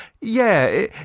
Yeah